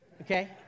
okay